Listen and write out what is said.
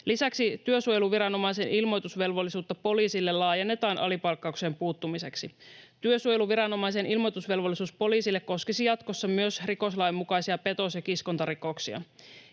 Lisäksi työsuojeluviranomaisen ilmoitusvelvollisuutta poliisille laajennetaan alipalkkaukseen puuttumiseksi. Työsuojeluviranomaisen ilmoitusvelvollisuus poliisille koskisi jatkossa myös rikoslain mukaisia petos- ja kiskontarikoksia.